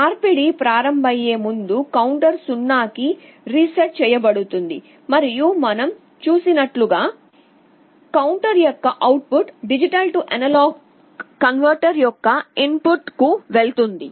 మార్పిడి ప్రారంభమయ్యే ముందు కౌంటర్ 0 కి రీసెట్ చేయబడుతుంది మరియు మనం చూసినట్లుగా కౌంటర్ యొక్క output D A converter యొక్క ఇన్ పుట్ కు వెళుతుంది